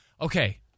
okay